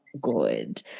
good